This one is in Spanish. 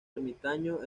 ermitaño